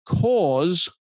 cause